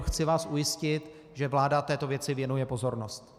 Chci vás ujistit, že vláda této věci věnuje pozornost.